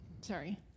sorry